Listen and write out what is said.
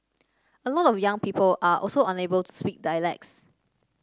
a lot of young people are also unable to speak dialects